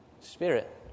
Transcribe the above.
spirit